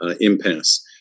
impasse